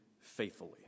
faithfully